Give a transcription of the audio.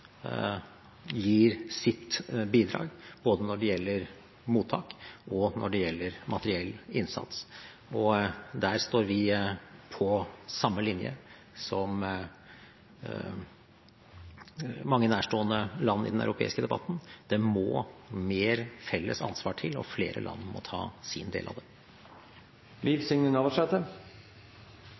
gir sitt bidrag både når det gjelder mottak, og når det gjelder materiell innsats. Der står vi på samme linje som mange nærstående land i den europeiske debatten. Det må mer felles ansvar til, og flere land må ta sin del av